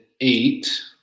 eight